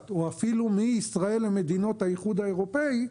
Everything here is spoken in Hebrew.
או אפילו מישראל למדינות האיחוד האירופי,